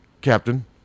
captain